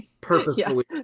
purposefully